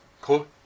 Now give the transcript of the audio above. Cool